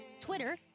Twitter